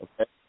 Okay